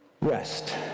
rest